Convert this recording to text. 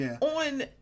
on